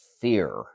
fear